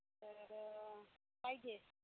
तर पाहिजे